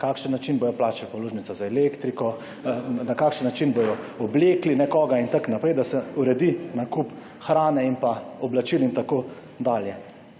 na kakšen način bodo plačali položnico za elektriko, na kakšen način bodo oblekli nekoga in tako naprej, da se uredi nakup hrane in pa oblačil in tako dalje.